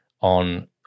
on